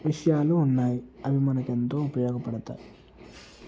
విషయాలు ఉన్నాయి అవి మనకి ఎంతో ఉపయోగపడతాయి